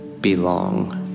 belong